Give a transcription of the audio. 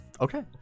Okay